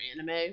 anime